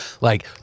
like-